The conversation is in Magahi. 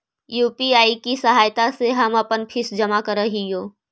यू.पी.आई की सहायता से ही हम अपन फीस जमा करअ हियो